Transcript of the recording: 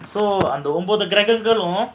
so அந்த ஒன்பது கிரகங்களும்:andha onbathu kragangalum